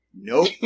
nope